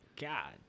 God